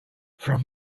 from